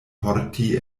porti